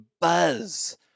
buzz